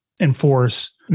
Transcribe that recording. enforce